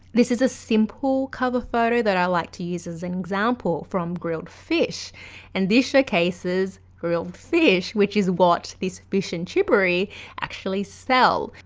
this is a simple cover photo that i like to use as an example from grilled fish and this showcases real fish which is what this fish and chippery actually sells.